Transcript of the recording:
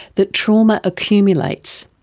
that trauma accumulates,